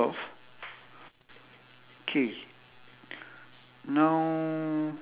I got three four five six seven eight nine ten eleven